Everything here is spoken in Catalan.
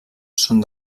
són